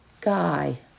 Guy